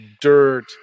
dirt